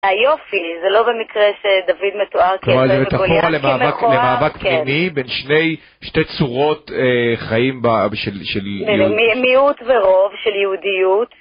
היופי, זה לא במקרה שדוד מתואר, כיפה וגולית כמכוער, כן. זאת אומרת, אחורה למאבק פנימי בין שתי צורות חיים של יהודיות. מיעוט ורוב של יהודיות.